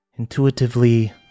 Intuitively